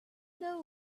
know